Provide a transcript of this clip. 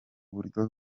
buryo